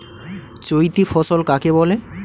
চৈতি ফসল কাকে বলে?